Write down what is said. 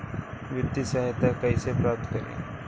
वित्तीय सहायता कइसे प्राप्त करी?